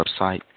website